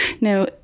Now